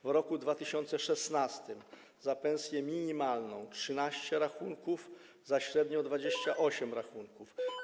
W roku 2016 za pensję minimalną - 13 rachunków, za średnią - 28 rachunków.